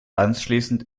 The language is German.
anschließend